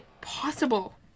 possible